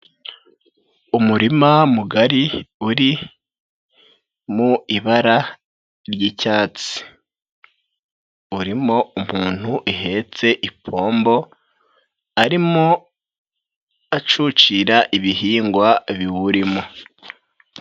Umurima mugari uri mu ibara ry'icyatsi. Urimo umuntu uhetse ipombo, arimo acucira ibihingwa biwurimo.